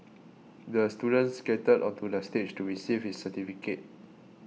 the student skated onto the stage to receive his certificate